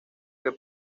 que